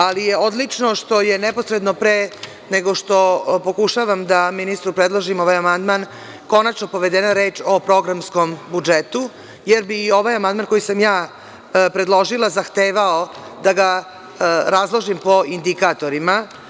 Ali, odlično je što je neposredno pre nego što pokušavam da ministru predložim ovaj amandman konačno povedena reč o programskom budžetu, jer bi i ovaj amandman koji sam ja predložila zahtevao da ga razložim po indikatorima.